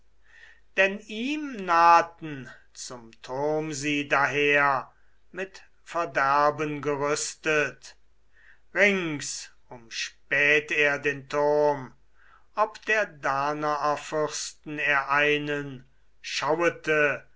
denn ihm nahten zum turm sie daher mit verderben gerüstet rings umspäht er den turm ob der danaerfürsten er einen schauete